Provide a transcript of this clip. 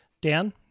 Dan